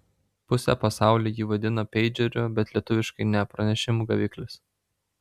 pusė pasaulio jį vadina peidžeriu bet lietuviškai ne pranešimų gaviklis